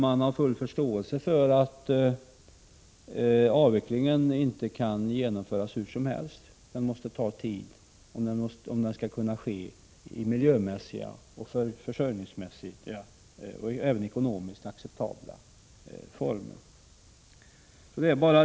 Man har full förståelse för att avvecklingen inte kan göras hur som helst utan måste ta tid, om den skall kunna ske i miljömässigt, försörjningsmässigt och även ekonomiskt acceptabla former.